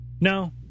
No